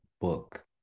book